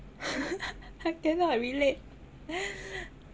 I cannot relate